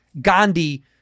Gandhi